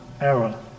error